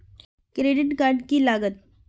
Credit card की लागत?